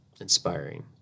inspiring